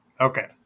Okay